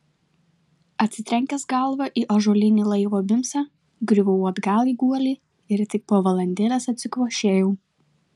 atsitrenkęs galva į ąžuolinį laivo bimsą griuvau atgal į guolį ir tik po valandėlės atsikvošėjau